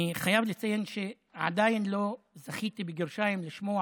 אני חייב לציין שעדיין לא "זכיתי" לשמוע